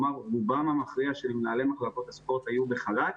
רובם המכריע של מנהלי מחלקות הספורט היו בחל"ת